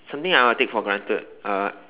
something I would take for granted uh